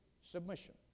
submission